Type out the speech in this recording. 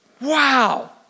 wow